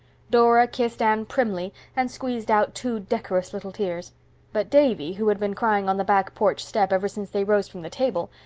dora kissed anne primly and squeezed out two decorous little tears but davy, who had been crying on the back porch step ever since they rose from the table,